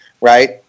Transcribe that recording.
right